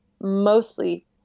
mostly